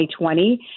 2020